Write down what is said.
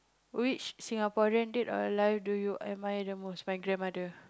which Singaporean died or life do you admire the most my grandmother